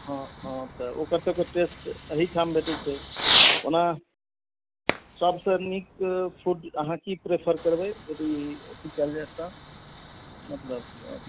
हँ हँ तऽ ओकर सभके टेस्ट एहीठाम भेटैत छै ओना सभसँ नीक फूड अहाँ की प्रेफर करबै यदि अथी कयल जाय तऽ मतलब